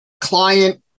client